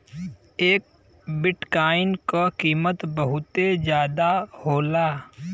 एक बिट्काइन क कीमत बहुते जादा होला